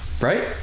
right